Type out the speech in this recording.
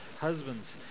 husbands